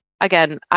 Again